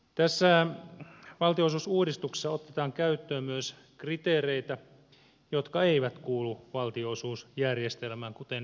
tässä valtionosuusuudistuksessa otetaan käyttöön myös kriteereitä jotka eivät kuulu valtionosuusjärjestelmään kuten esimerkiksi työpaikkaomavaraisuuskriteeri